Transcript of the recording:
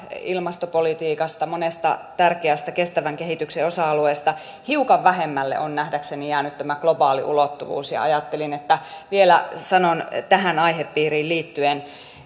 ilmastopolitiikasta monesta tärkeästä kestävän kehityksen osa alueesta hiukan vähemmälle on nähdäkseni jäänyt tämä globaali ulottuvuus ja ajattelin että vielä sanon tähän aihepiiriin liittyen